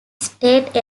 state